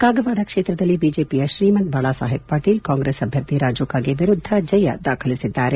ಕಾಗವಾಡ ಕ್ಷೇತ್ರದಲ್ಲಿ ಬಿಜೆಪಿಯ ಶ್ರೀಮಂತ್ ಬಾಳಾಸಾಹೇಬ್ ಪಾಟೀಲ್ ಕಾಂಗ್ರೆಸ್ ಅಭ್ಯರ್ಥಿ ರಾಜೂ ಕಾಗೆ ವಿರುದ್ಧ ಜಯ ದಾಖಲಿಸಿದ್ದಾರೆ